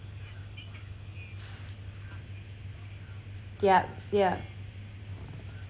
yup yup